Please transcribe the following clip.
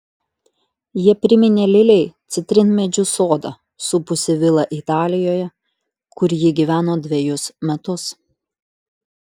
jie priminė lilei citrinmedžių sodą supusį vilą italijoje kur ji gyveno dvejus metus